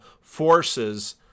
forces